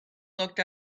looked